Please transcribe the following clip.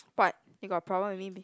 but you got a problem with me